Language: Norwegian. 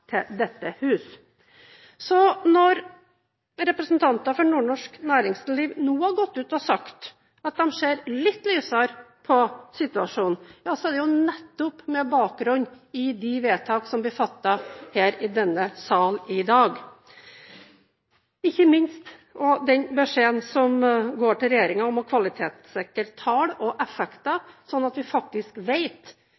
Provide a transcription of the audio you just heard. Så når representanter for nordnorsk næringsliv nå har gått ut og sagt at de ser litt lysere på situasjonen, er det jo nettopp med bakgrunn i de vedtak som blir fattet her i denne sal i dag, og ikke minst den beskjeden som går til regjeringen om å kvalitetssikre tall og